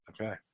Okay